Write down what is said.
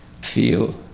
feel